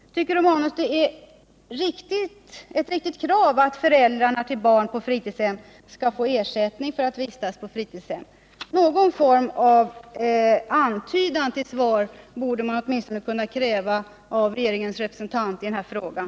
Och tycker Gabriel Romanus att det är ett riktigt krav att föräldrar till barn på fritidshem skall få ersättning för att kunna vistas på fritidshemmen? 60 Någon form av antydan till svar på den här frågan borde man åtminstone Nr 47 kunna kräva av regeringens representant. Tisdagen den